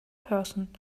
person